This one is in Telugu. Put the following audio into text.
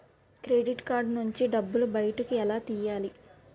క్రెడిట్ కార్డ్ నుంచి డబ్బు బయటకు ఎలా తెయ్యలి?